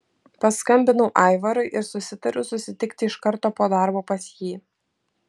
paskambinau aivarui ir susitariau susitikti iš karto po darbo pas jį